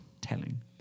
telling